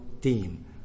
team